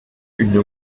une